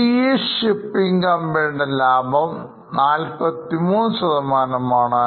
GE shipping കമ്പനിയുടെ ലാഭം 43 ആണ്